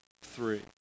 Three